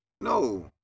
No